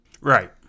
Right